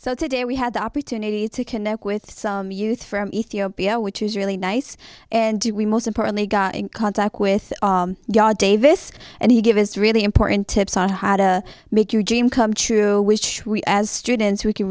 so today we had the opportunity to connect with some youth from ethiopia which is really nice and do we most importantly got in contact with god davis and he gave us really important tips on how to make your dream come true which we as students who can